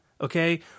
Okay